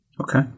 Okay